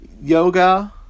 Yoga